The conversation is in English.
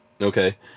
Okay